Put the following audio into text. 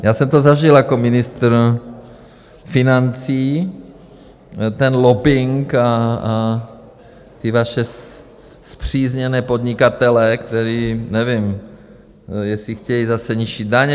Já jsem to zažil jako ministr financí, ten lobbing a ty vaše spřízněné podnikatele, kteří nevím, jestli chtějí zase nižší daně...